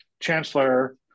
chancellor